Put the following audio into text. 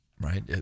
right